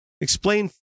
Explain